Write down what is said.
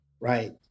Right